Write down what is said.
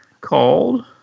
called